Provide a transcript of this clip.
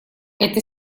это